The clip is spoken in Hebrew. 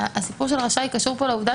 הסיפור של רשאי קשור לעובדה,